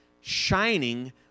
shining